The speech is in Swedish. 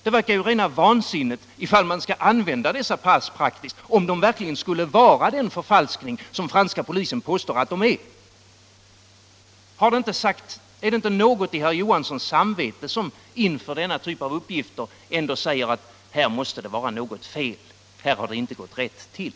Det verkar ju rena vansinnet, ifall man skall använda dessa pass praktiskt och om de verkligen skulle vara sådana förfalskningar som den franska polisen påstår att de är. Är det inte någonting i herr Johanssons samvete som inför denna typ av uppgifter ändå säger, att det måste vara något fel och att det inte har gått rätt till?